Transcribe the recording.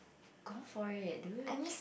go for it dude